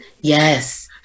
yes